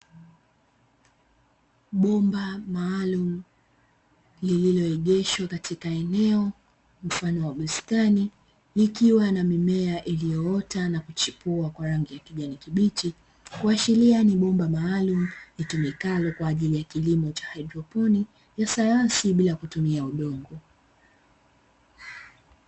Bomba maalumu lililoegeshwa katika eneo mfano wa bustani likiwa na mimea iliyoota na kuchipua kwa rangi ya kijani kibichi, kuashiria ni bomba maalumu litumikalo kwa ajili ya kilimo cha haidroponi ya sayansi bila kutumia udongo.